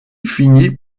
finit